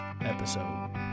episode